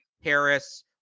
Harris